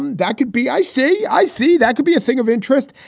um that could be. i see. i see. that could be a thing of interest.